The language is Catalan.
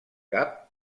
cap